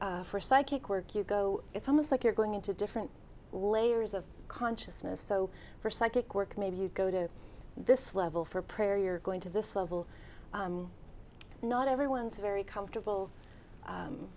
universe for psychic work you go it's almost like you're going into different layers of consciousness so for psychic work maybe you go to this level for prayer you're going to this level not everyone's very comfortable